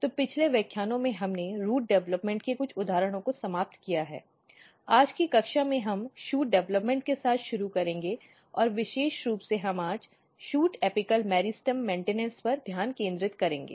तो पिछले व्याख्यानों में हमने रूट डेवलपमेंट के कुछ उदाहरणों को समाप्त किया है आज की कक्षा हम शूट डेवलपमेंट के साथ शुरू करेंगे और विशेष रूप से हम आज शूट एपिकल मेरिस्टेम मेन्टिनॅन्स पर ध्यान केंद्रित करेंगे